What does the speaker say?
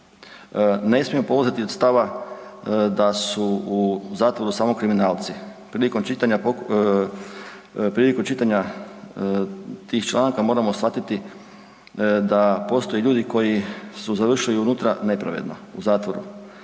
Ne smijemo polaziti od stava da su u zatvoru samo kriminalci. Prilikom čitanja, prilikom čitanja tih članaka moramo shvatiti da postoje ljudi koji su završili unutra nepravedno u zatvoru